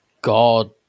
God